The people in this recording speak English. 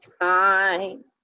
time